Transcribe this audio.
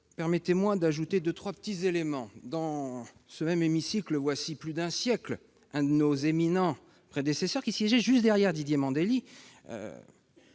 permettez-moi d'ajouter deux ou trois éléments. Dans ce même hémicycle, voilà plus d'un siècle, l'un nos éminents prédécesseurs qui siégeait juste derrière la place